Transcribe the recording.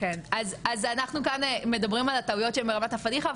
אז אנחנו כאן מדברים על טעויות שהן ברמת הפאדיחה,